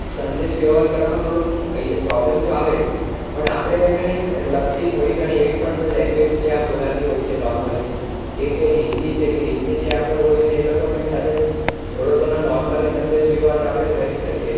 સંદેશવ્યવહાર કરવામાં થોડુંક પ્રોબ્લેમ તો આવે જ પણ આપણે એને લગતી થોડી ઘણી એવી કોઈ લેંગ્વેજ ત્યાં બોલાતી હોય છે નૉર્મલી જેવી કે હિન્દી છે હિન્દી ત્યાં આપણે બોલીને એ લોકોની સાથે થોડો ઘણો નૉર્મલી સંદેશ વ્યવહાર તો આપણે કરી જ શકીએ